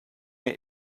mir